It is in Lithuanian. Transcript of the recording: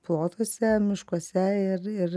plotuose miškuose ir ir